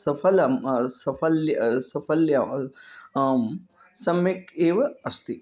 सफ़लं साफ़ल्यं साफ़ल्यम् आम् सम्यक् एव अस्ति